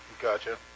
Gotcha